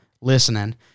listening